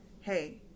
hey